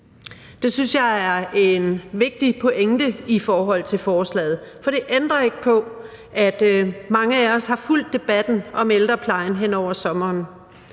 Det synes jeg er en vigtig pointe i forhold til forslaget. Det ændrer ikke på, at mange af os har fulgt debatten om ældreplejen hen over sommeren.